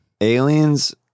aliens